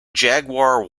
jaguar